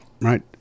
Right